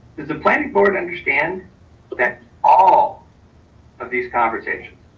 does the planning board understand but that all of these conversations,